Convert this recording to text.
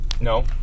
No